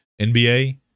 NBA